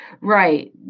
right